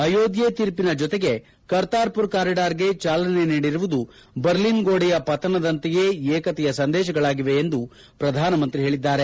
ಅಯೋಧ್ಯೆ ತೀರ್ಪಿನ ಜೊತೆಗೆ ಕರ್ತಾರ್ಮರ್ ಕಾರಿಡಾರ್ಗೆ ಚಾಲನೆ ನೀಡಿರುವುದು ಬರ್ಲಿನ್ ಗೋಡೆಯ ಪತನದಂತೆಯೇ ಏಕತೆಯ ಸಂದೇಶಗಳಾಗಿವೆ ಎಂದು ಪ್ರಧಾನಮಂತ್ರಿ ಹೇಳಿದ್ದಾರೆ